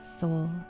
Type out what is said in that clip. soul